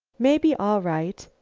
mebby all right.